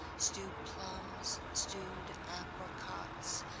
stewed plums, stewed apricots,